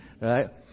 right